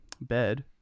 bed